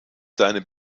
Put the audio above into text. seine